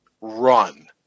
run